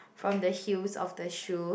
from the heels of the shoe